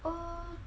uh